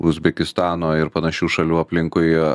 uzbekistano ir panašių šalių aplinkui